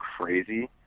crazy